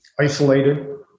isolated